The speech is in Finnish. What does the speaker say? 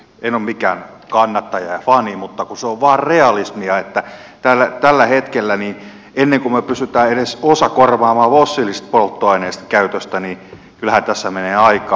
en ole mikään kannattaja ja fani mutta kun se on vaan realismia että tällä hetkellä ennen kuin me pystymme edes osan fossiilisista polttoaineista korvaamaan käytöstä niin kyllähän tässä menee aikaa